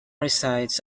resides